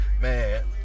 Man